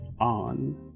on